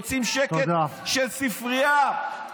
רוצים שקט של ספרייה.